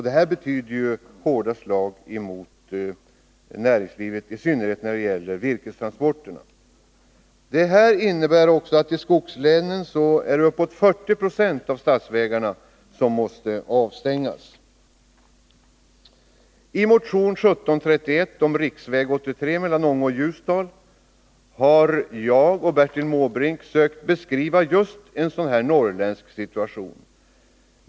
Detta innebär ju hårda slag mot näringslivet, i synnerhet beträffande virkestransporterna. I skogslänen måste ca 40 Z6 av statsvägarna avstängas. I motion 1731 om riksväg 83 mellan Ånge och Ljusdal har Bertil Måbrink och jag försökt beskriva just en norrländsk situation.